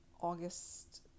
August